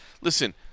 listen